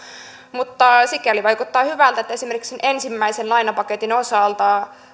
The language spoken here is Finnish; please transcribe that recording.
mutta sikäli vaikuttaa hyvältä että esimerkiksi sen ensimmäisen lainapaketin osalta